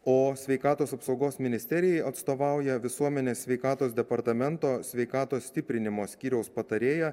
o sveikatos apsaugos ministerijai atstovauja visuomenės sveikatos departamento sveikatos stiprinimo skyriaus patarėja